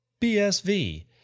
BSV